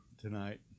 tonight